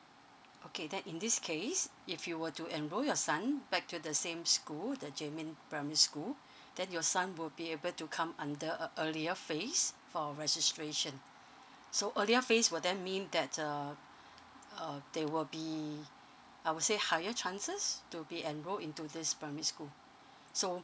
okay then in this case if you were to enroll your son back to the same school the jiemin primary school then your son will be able to come under uh earlier phase for registration so earlier phase will then mean that uh uh they will be I will say higher chances to be enrolled into this primary school so